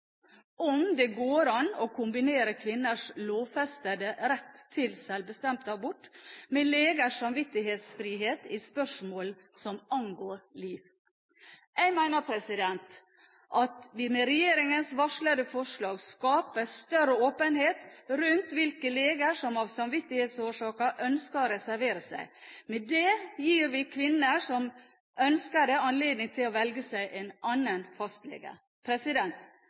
om det går an å kombinere kvinners lovfestede rett til sjølbestemt abort med legers samvittighetsfrihet i spørsmål som angår liv. Jeg mener at vi, med regjeringens varslede forslag, skaper større åpenhet rundt hvilke leger som av samvittighetsårsaker ønsker å reservere seg. Med det gir vi kvinner som ønsker det, anledning til å velge seg en annen fastlege.